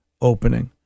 opening